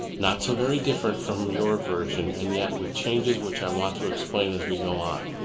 not so very different from your version and yet with changes which i want to explain as we go on.